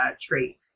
trait